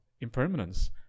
impermanence